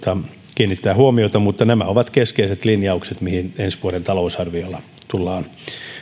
kiinnittää huomiota mutta nämä ovat keskeiset linjaukset millä ensi vuoden talousarviossa tullaan